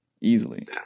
easily